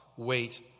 Wait